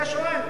יש או אין.